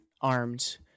armed